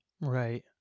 Right